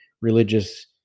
religious